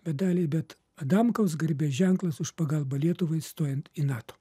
medaliai bet adamkaus garbės ženklas už pagalbą lietuvai stojant į nato